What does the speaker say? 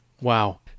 Wow